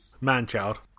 Man-child